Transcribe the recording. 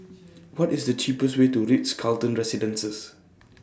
What IS The cheapest Way to Ritz Carlton Residences